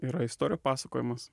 yra istorijų pasakojimas